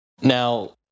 Now